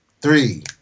three